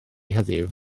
heddiw